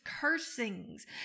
cursings